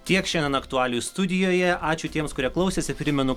tiek šiandien aktualijų studijoje ačiū tiems kurie klausėsi primenu